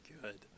good